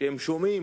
כשהם שומעים